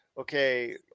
okay